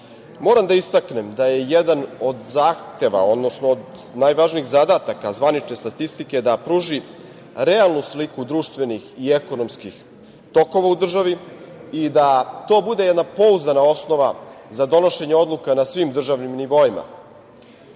moram da istaknem da je jedan od zahteva, odnosno najvažnijih zadataka zvanične statistike da pruži realnu sliku društvenih i ekonomskih tokova u državi i da to bude jedna pouzdana osnova za donošenje odluka na svim državnim